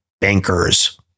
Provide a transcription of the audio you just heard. bankers